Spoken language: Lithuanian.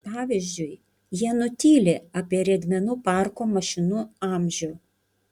pavyzdžiui jie nutyli apie riedmenų parko mašinų amžių